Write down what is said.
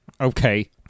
Okay